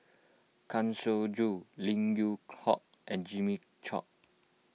Kang Siong Joo Lim Yew Hock and Jimmy Chok